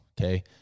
okay